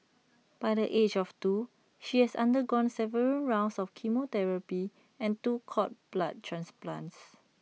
by the age of two she has undergone several rounds of chemotherapy and two cord blood transplants